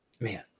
man